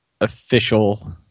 official